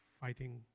fighting